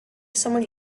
someone